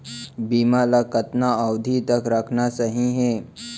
बीमा ल कतना अवधि तक रखना सही हे?